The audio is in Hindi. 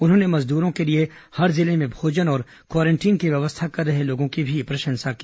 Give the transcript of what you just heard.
उन्होंने मजदूरों के लिए हर जिले में भोजन और क्वारंटीन की व्यवस्ध्था कर रहे लोगों की भी प्रशंसा की